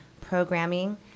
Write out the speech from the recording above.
programming